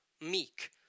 meek